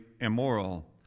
Immoral